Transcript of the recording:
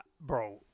bro